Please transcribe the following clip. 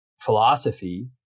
philosophy